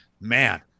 Man